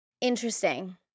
Interesting